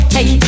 Hey